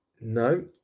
No